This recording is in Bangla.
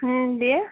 হ্যাঁ দিয়ে